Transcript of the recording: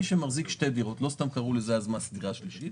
מי שמחזיק שתי דירות לא סתם קראו לזה אז מס דירה שלישית